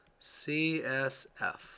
CSF